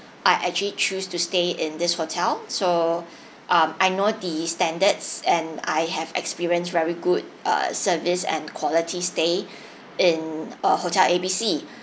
I actually choose to stay in this hotel so um I know the standards and I have experience very good err service and quality stay in err hotel A B C